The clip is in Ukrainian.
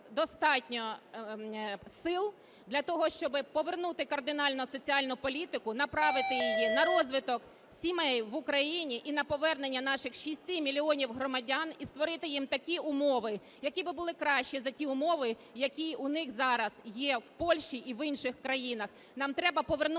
достатньо сил для того, щоби повернути кардинально соціальну політику, направити її на розвиток сімей в Україні, і на повернення наших шести мільйонів громадян, і створити їм такі умови, які би були краще за ті умови, які у них зараз є в Польщі і в інших країнах.